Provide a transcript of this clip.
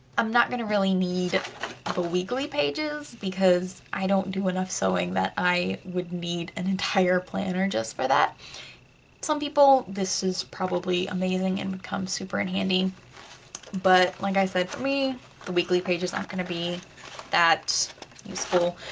i'm not gonna really need the but weekly pages because i don't do enough sewing that i would need an entire planner just for that. for some people this is probably amazing and would come super in handy but like i said, for me the weekly pages aren't gonna be that useful.